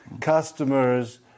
customers